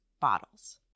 bottles